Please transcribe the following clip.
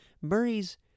Murray's